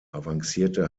avancierte